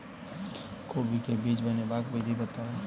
कोबी केँ बीज बनेबाक विधि बताऊ?